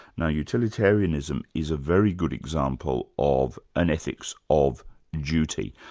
now utilitarianism is a very good example of an ethics of duty.